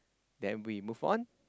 then we move on